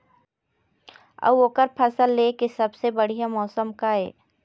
अऊ ओकर फसल लेय के सबसे बढ़िया मौसम का ये?